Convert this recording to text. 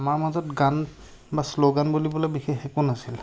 আমাৰ মাজত গান বা শ্ল'গান বুলিবলৈ বিশেষ একো নাছিলে